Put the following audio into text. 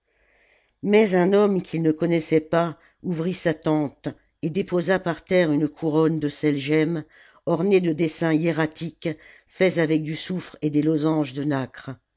mais un homme qu'il ne connaissait pas ouvrit sa tente et déposa par terre une couronne de sel gemme ornée de dessins hiératiques faits avec du soufre et des losanges de nacre